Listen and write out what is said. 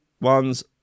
ones